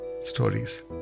stories